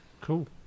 Cool